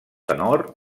tenor